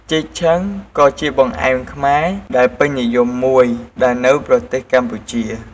ចេកឆឹង ក៏ជាបង្អែមខ្មែរដែលពេញនិយមមួយដែរនៅប្រទេសកម្ពុជា។